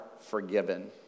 forgiven